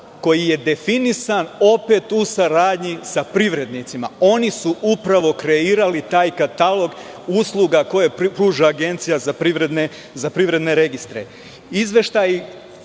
koji je definisan opet u saradnji sa privrednicima. Oni su upravo kreirali taj katalog usluga koje pruža Agencija za privredne registre. Izveštaji